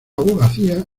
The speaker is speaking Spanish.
abogacía